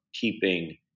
keeping